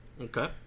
Okay